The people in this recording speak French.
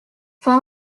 fin